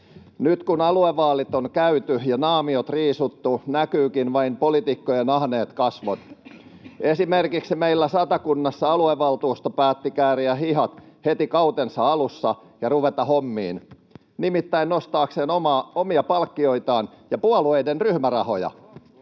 Nyt kun aluevaalit on käyty ja naamiot riisuttu, näkyykin vain poliitikkojen ahneet kasvot. Esimerkiksi meillä Satakunnassa aluevaltuusto päätti kääriä hihat heti kautensa alussa ja ruveta hommiin, nimittäin nostaakseen omia palkkioitaan ja puolueiden ryhmärahoja.